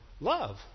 Love